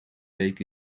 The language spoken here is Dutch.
week